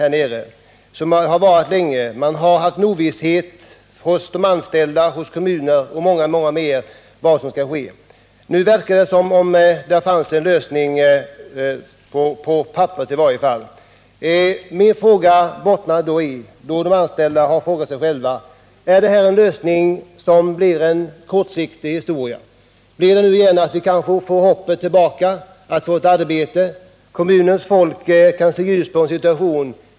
De har varat länge, och de anställda, kommuner och många fler har levat i ovisshet om vad som skall ske. Nu verkar det som om det finns en lösning, i varje fall på papperet. Min fråga bottnar i det som de anställda har frågat: Är detta en kortsiktig lösning? Blir det åter så att vi får hoppet tillbaka om att få arbete, att kommunens folk ser ljust på situationen?